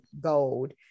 gold